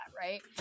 right